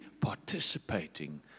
participating